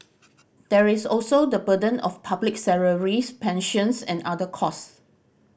there is also the burden of public salaries pensions and other costs